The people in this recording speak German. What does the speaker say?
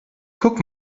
guck